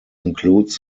includes